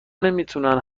نمیتونن